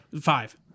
five